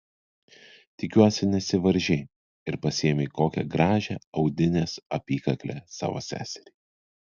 tikiuosi nesivaržei ir pasiėmei kokią gražią audinės apykaklę savo seseriai